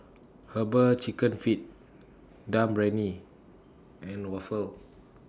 Herbal Chicken Feet Dum and Waffle